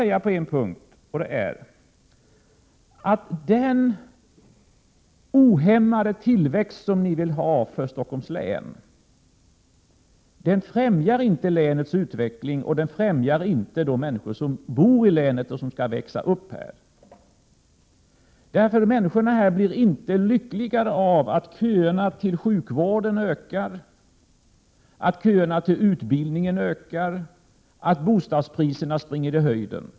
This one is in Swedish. Sedan vill jag säga: Den ohämmade tillväxt som ni moderater vill ha i Stockholms län främjar inte länets utveckling och de människor som bor i länet och skall växa upp här. Människorna här blir inte lyckligare av att köerna till sjukvården ökar, att köerna till utbildningen ökar och att bostadspriserna springer i höjden.